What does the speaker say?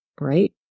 right